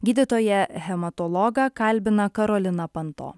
gydytoją hematologą kalbina karolina panto